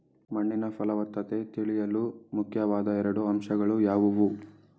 ಮಣ್ಣಿನ ಫಲವತ್ತತೆ ತಿಳಿಯಲು ಮುಖ್ಯವಾದ ಎರಡು ಅಂಶಗಳು ಯಾವುವು?